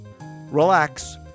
relax